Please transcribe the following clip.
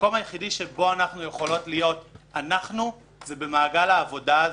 המקום היחידי שאנחנו יכולות להיות אנחנו זה במעגל העבודה הזה.